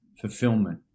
fulfillment